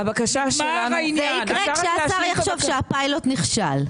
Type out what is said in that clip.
זה יקרה כשהשר יחשוב שהפיילוט נכשל.